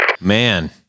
Man